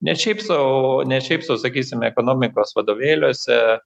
ne šiaip sau o ne šiaip sau sakysime ekonomikos vadovėliuose